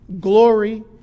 glory